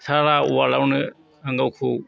सारा वार्ल्डआवनो गावखौ